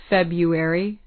February